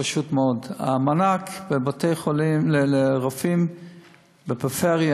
פשוט מאוד: המענק לרופאים בפריפריה.